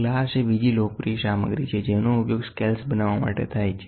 glass એ બીજી લોકપ્રિય સામગ્રી છે જેનો ઉપયોગ સ્કેલ બનાવવા માટે થાય છે